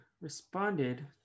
responded